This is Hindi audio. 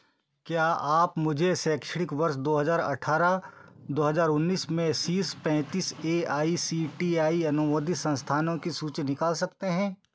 क्या आप मुझे शैक्षणिक वर्ष दो हज़ार अठारह दो हज़ार उन्नीस में शीर्ष पैंतीस A I C T E अनुमोदित संस्थानों की सूची दिखा सकते हैं